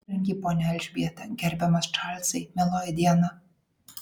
brangi ponia elžbieta gerbiamas čarlzai mieloji diana